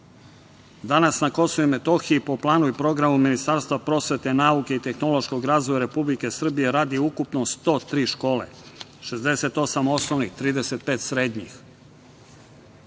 Most. Danas na Kosovu i Metohiji po planu i programu Ministarstva prosvete, nauke i tehnološkog razvoja Republike Srbije radi ukupno 103 škole, 68 - osnovnih, 35 - srednjih. Na